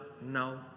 No